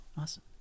awesome